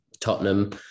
tottenham